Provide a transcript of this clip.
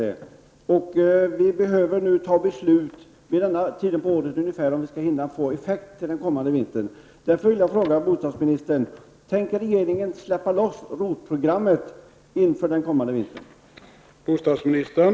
Det är nödvändigt att fatta beslut under den här delen av året för att beslut som fattas skall få effekter före den kommande vintern.